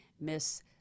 Miss